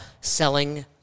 selling